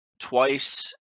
twice